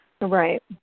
Right